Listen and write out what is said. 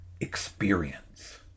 experience